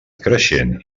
creixent